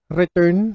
return